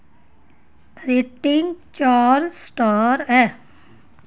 rating चार star ऐ